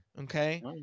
Okay